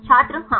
छात्र हाँ